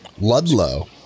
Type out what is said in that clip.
Ludlow